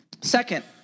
Second